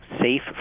safe